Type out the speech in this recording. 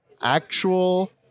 actual